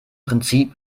prinzip